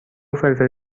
فلفل